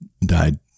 died